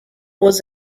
was